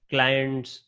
Clients